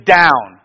down